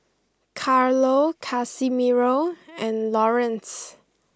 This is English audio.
Carlo Casimiro and Laurence